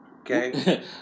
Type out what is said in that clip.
Okay